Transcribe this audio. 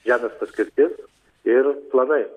žemės paskirtis ir planai